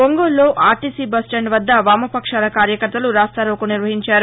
ఒంగోలులో RTC bus stand వద్ద వామపక్షాల కార్యకర్తలు రాస్తారోకో నిర్వహించారు